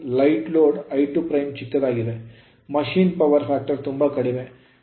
8 light load I2' ಚಿಕ್ಕದಾಗಿದೆ machine power factor ತುಂಬಾ ಕಡಿಮೆ